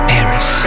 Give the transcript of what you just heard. Paris